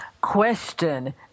question